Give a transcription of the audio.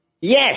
Yes